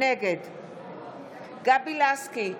נגד גבי לסקי,